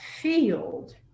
field